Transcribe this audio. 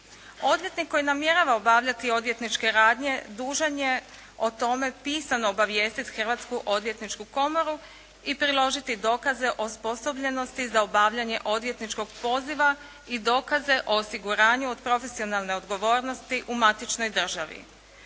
Odvjetnik koji namjerava obavljati odvjetničke radnje dužan je o tome pisano obavijestit Hrvatsku odvjetničku komoru i priložiti dokaze osposobljenosti za obavljanje odvjetničkog poziva i dokaze o osiguranju od profesionalne odgovornosti u matičnoj državi.